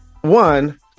One